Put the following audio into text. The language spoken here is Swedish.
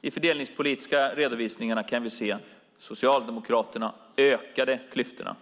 i de fördelningspolitiska redovisningarna kan vi se: Socialdemokraterna ökade klyftorna.